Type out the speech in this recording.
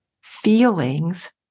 feelings